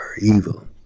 evil